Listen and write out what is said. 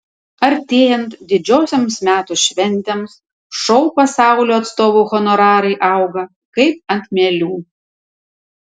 artėjant didžiosioms metų šventėms šou pasaulio atstovų honorarai auga kaip ant mielių